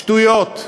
שטויות.